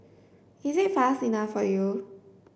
is it fast enough for you